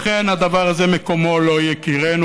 הדבר הזה, מקומו לא יכירנו.